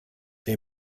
they